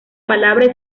palabra